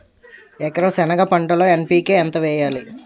ఎకర సెనగ పంటలో ఎన్.పి.కె ఎంత వేయాలి?